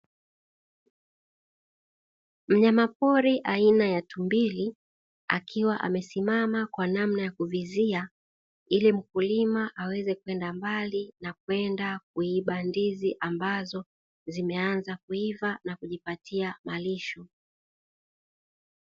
Mnyama pori aina ya tumbili akiwa amesimama kwa namna ya kuvizia, ili mkulima aweze kwenda mbali na kwenda kuiba ndizi ambazo zimeanza kuiva na kujipatia malisho.